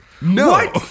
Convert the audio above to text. no